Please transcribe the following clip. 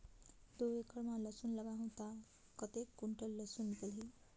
दो एकड़ मां लसुन लगाहूं ता कतेक कुंटल लसुन निकल ही?